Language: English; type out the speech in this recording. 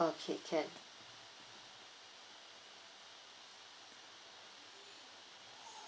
okay can